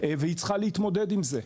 והיא צריכה להתמודד עם זה.